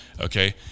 okay